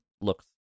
looks